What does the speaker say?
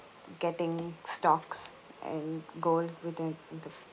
getting stocks and gold within the